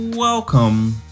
Welcome